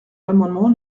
l’amendement